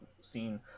seen